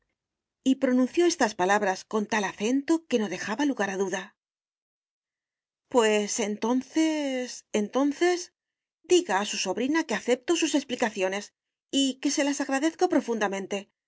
asíy pronunció estas palabras con tal acento que no dejaba lugar a duda pues entonces entonces diga a su sobrina que acepto sus explicaciones que se las agradezco profundamente